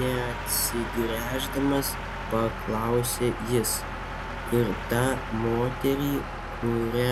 neatsigręždamas paklausė jis ir tą moterį kurią